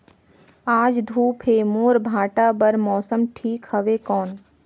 आज धूप हे मोर भांटा बार मौसम ठीक हवय कौन?